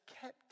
kept